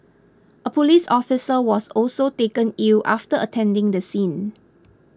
a police officer was also taken ill after attending the scene